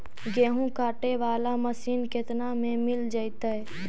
गेहूं काटे बाला मशीन केतना में मिल जइतै?